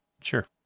Sure